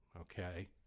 okay